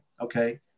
Okay